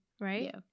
Right